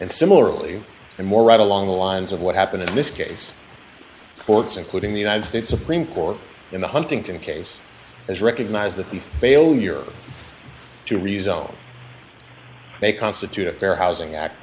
and similarly and more right along the lines of what happened in this case courts including the united states supreme court in the huntington case as recognized that the failure to resolve may constitute a fair housing act